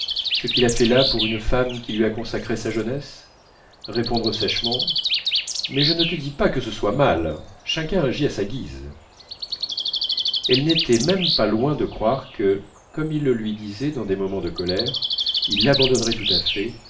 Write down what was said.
ce qu'il a fait là pour une femme qui lui a consacré sa jeunesse répondre sèchement mais je ne te dis pas que ce soit mal chacun agit à sa guise elle n'était même pas loin de croire que comme il le lui disait dans des moments de colère il l'abandonnerait tout à fait